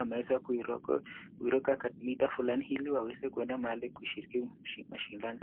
wameweza kuruka mita fulani ili waweze kuenda mahali kushiriki mashindano.